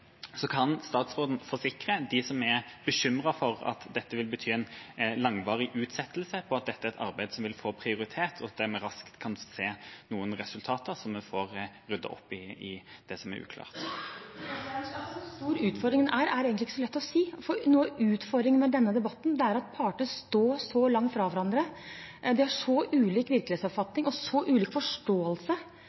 Kan statsråden forsikre dem som er bekymret for at dette vil bety en langvarig utsettelse, om at dette er et arbeid som vil få prioritet, og at en raskt kan se resultater, slik at en får ryddet opp i det som er uklart? Hvor stor utfordringen er, er egentlig ikke så lett å si. Utfordringen med denne debatten er at partene står så langt fra hverandre, de har så ulik virkelighetsoppfatning og så ulik forståelse